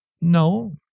no